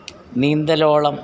നീന്തലോളം